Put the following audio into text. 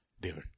David